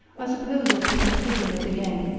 i suppose i've put my foot in it again,